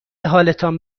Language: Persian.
حالتان